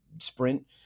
sprint